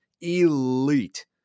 elite